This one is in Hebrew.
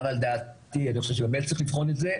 גם על דעתי ואני חושב שבאמת צריך לבחון את זה,